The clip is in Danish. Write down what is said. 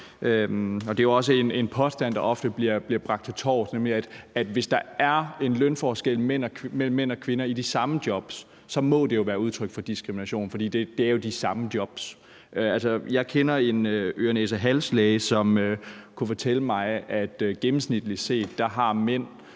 det er jo også en påstand, der ofte bliver bragt til torvs, nemlig at hvis der er en lønforskel mellem mænd og kvinder i de samme jobs, må det være et udtryk for diskrimination, for det er jo de samme jobs. Altså, jeg kender en næse-øre-hals-læge, som kunne fortælle mig, at gennemsnitligt set har mænd